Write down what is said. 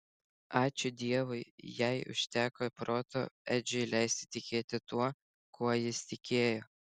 ačiū dievui jai užteko proto edžiui leisti tikėti tuo kuo jis tikėjo